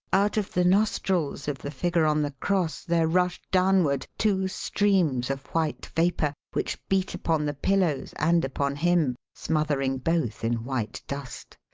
out of the nostrils of the figure on the cross there rushed downward two streams of white vapour which beat upon the pillows and upon him, smothering both in white dust.